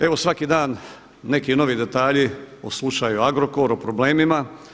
Evo svaki dan neki novi detalji o slučaju Agrokor, o problemima.